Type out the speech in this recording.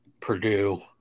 Purdue